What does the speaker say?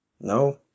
No